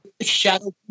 shadow